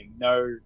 no